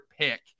pick